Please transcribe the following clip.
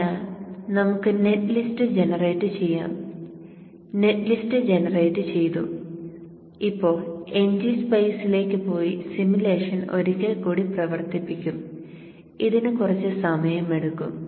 അതിനാൽ നമുക്ക് netlist generate ചെയ്യാം നെറ്റ് ലിസ്റ്റ് ജനറേറ്റ് ചെയ്തു ഇപ്പോൾ ngSpice ലേക്ക് പോയി സിമുലേഷൻ ഒരിക്കൽ കൂടി പ്രവർത്തിപ്പിക്കും ഇതിന് കുറച്ച് സമയമെടുക്കും